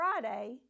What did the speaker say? Friday